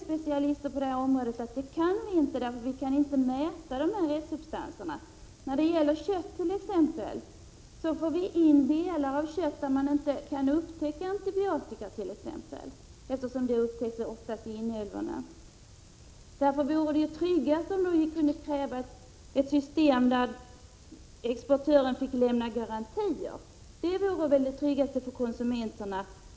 Specialister på området säger också att vi inte kan klara detta, eftersom vi inte kan mäta restsubstanserna. När det exempelvis gäller kött får vi in delar av kött, där det t.ex. är omöjligt att upptäcka antibiotika. Orsaken är att sådant oftast upptäcks i inälvorna. Därför vore det tryggast för konsumenterna med ett system som tvingar importören att lämna garantier. Kan inte jordbruksministern tänka sig att Prot.